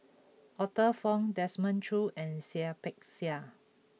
Arthur Fong Desmond Choo and Seah Peck Seah